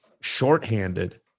shorthanded